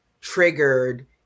triggered